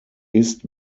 ist